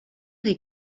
est